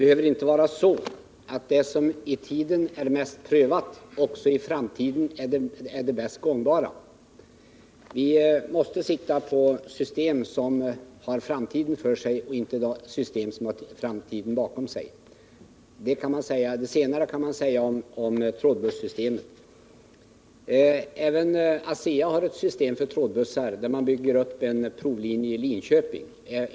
Herr talman! Det som i tiden är mest prövat behöver inte i framtiden vara det bäst gångbara. Vi måste se på system som har framtiden för sig och inte bakom sig. Det senare kan man säga om trådbussarna. Även ASEA har ett system för trådbussar. Man har byggt upp en provlinje i Linköping.